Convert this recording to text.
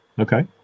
Okay